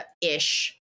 ish